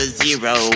zero